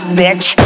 bitch